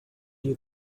you